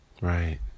right